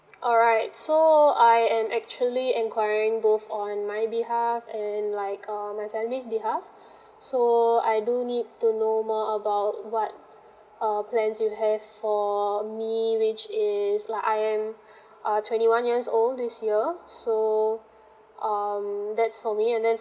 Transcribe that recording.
alright so I am actually enquiring both on my behalf and like uh my family behalf so I do need to know more about what uh plan you have for me which is like I am uh twenty one years old this year so um that's for me and then